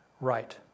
Right